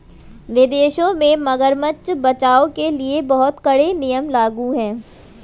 विदेशों में मगरमच्छ बचाओ के लिए बहुत कड़े नियम लागू हैं